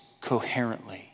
coherently